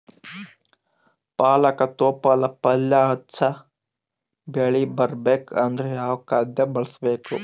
ಪಾಲಕ ತೊಪಲ ಪಲ್ಯ ಹೆಚ್ಚ ಬೆಳಿ ಬರಬೇಕು ಅಂದರ ಯಾವ ಖಾದ್ಯ ಬಳಸಬೇಕು?